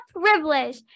privilege